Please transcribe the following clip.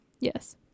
Yes